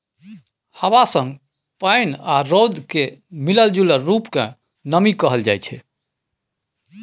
हबा संग पानि आ रौद केर मिलल जूलल रुप केँ नमी कहल जाइ छै